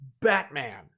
Batman